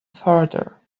farther